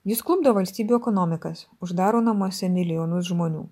jis klupdo valstybių ekonomikas uždaro namuose milijonus žmonių